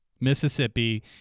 Mississippi